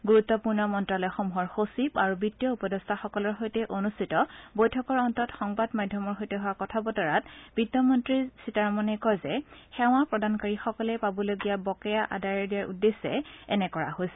গুৰুত্বপূৰ্ণ মন্তালয়সমূহৰ সচিব আৰু বিত্তীয় উপদেষ্টাসকলৰ সৈতে অনুষ্ঠিত বৈঠকৰ অন্তত সংবাদ মাধ্যমৰ সৈতে হোৱা কথা বতৰাত বিত্ত মন্ত্ৰী সীতাৰমনে কয় যে সেৱা প্ৰদানকাৰীসকলে পাবলগীয়া বকেয়া আদায় দিয়াৰ উদ্দেশ্যে এনে কৰা হৈছে